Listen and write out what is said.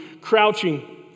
crouching